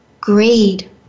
greed